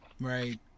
Right